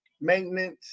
maintenance